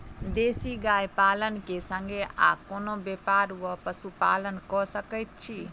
देसी गाय पालन केँ संगे आ कोनों व्यापार वा पशुपालन कऽ सकैत छी?